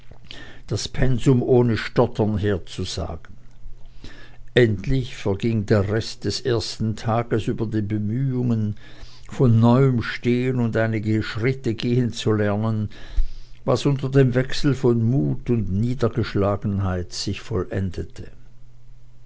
das pensum ohne stottern herzusagen endlich verging der rest des ersten tages über den bemühungen von neuem stehen und einige schritte gehen zu lernen was unter dem wechsel von mut und niedergeschlagenheit sich vollendete